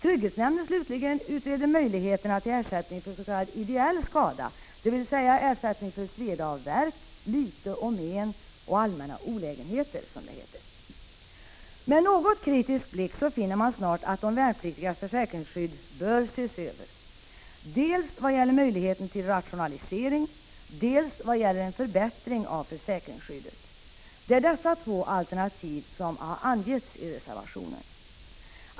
Trygghetsnämnden slutligen utreder möjligheterna till ersättning för s.k. ideell skada, dvs. ersättning för ”sveda och värk, lyte och men och allmänna olägenheter”, som det heter. Med något kritisk blick finner man snart, att de värnpliktigas försäkringsskydd bör ses över, dels i vad gäller möjligheten till rationalisering, dels i vad gäller en förbättring av försäkringsskyddet. Det är dessa två alternativ som angetts i reservationen.